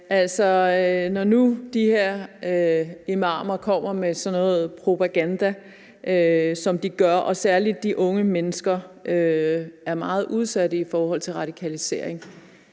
(KF): Når nu de her imamer kommer med sådan noget propaganda, som de gør – og særlig de unge mennesker er meget udsatte i forhold til radikalisering